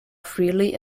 freely